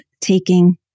taking